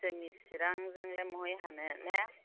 जोंनि चिरांजोंलाय बोरै हानो ने